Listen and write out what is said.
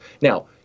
Now